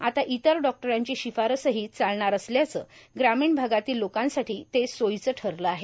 आता इतर डॉक्टरांची शिफारसही चालणार असल्यानं ग्रामीण भागातील लोकांसाठी ते सोयीचं ठरल आहे